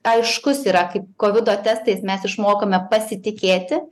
aiškus yra kaip kovido testais mes išmokome pasitikėti